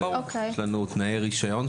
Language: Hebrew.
יש לנו תנאי רישיון,